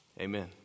Amen